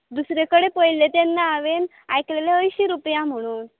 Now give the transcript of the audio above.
दुसरेकडे पयल्ले तेन्ना हांवेन आयकलेले अंयशी रुपया म्हणून